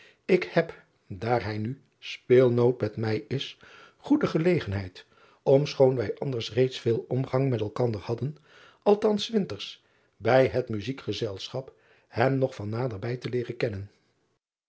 k heb daar hij nu speelnoot met mij is goede gelegenheid om schoon wij anders reeds veel omgang met elkander hadden althans s winters bij het muzijkgezelschap hem nog van nader bij te leeren kennen